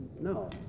No